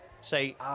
Say